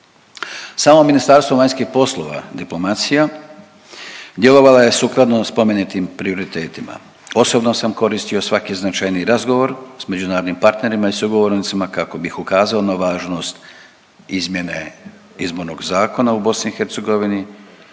Samo Ministarstvo vanjskih poslova diplomacija djelovala je sukladno spomenutim prioritetima, osobno sam koristio svaki značajniji razgovor s međunarodnim partnerima i sugovornicima kako bih ukazao na važnost izmjene izbornog zakona u BiH